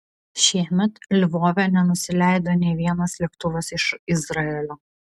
šiemet lvove nenusileido nė vienas lėktuvas iš izraelio